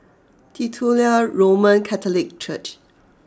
Titular Roman Catholic Church